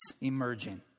emerging